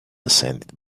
ascended